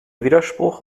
widerspruch